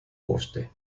coste